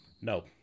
No